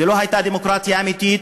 זו לא הייתה דמוקרטיה אמיתית,